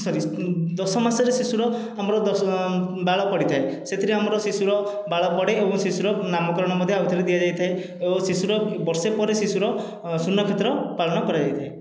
ସରି ଦଶ ମାସରେ ଶିଶୁର ଆମର ଦଶ ବାଳ ପଡ଼ିଥାଏ ସେଥିରେ ଆମର ଶିଶୁର ବାଳ ପଡ଼େ ଏବଂ ଶିଶୁର ନାମକରଣ ମଧ୍ୟ ଆଉ ଥରେ ଦିଆଯାଇଥାଏ ଓ ଶିଶୁର ବର୍ଷେ ପରେ ଶିଶୁର ସୂର୍ଣ୍ଣକ୍ଷେତ୍ର ପାଳନ କରାଯାଇଥାଏ